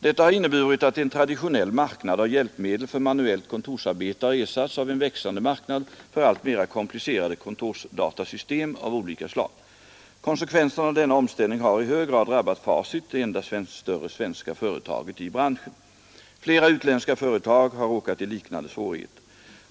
Detta har inneburit att en traditionell marknad av hjälpmedel för manuellt kontorsarbete har ersatts av en växande marknad för alltmera komplicerade kontorsdatasystem av olika slag. Konsekvenserna av denna omställning har i hög grad drabbat Facit, det enda större svenska företaget i branschen. Flera utländska företag har råkat i liknande svårigheter.